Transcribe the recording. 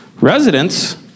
Residents